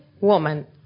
woman